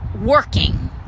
working